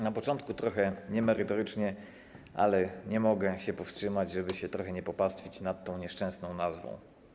Na początku trochę niemerytorycznie, ale nie mogę się powstrzymać, żeby się trochę nie popastwić nad tą nieszczęsną nazwą.